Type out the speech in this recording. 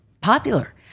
popular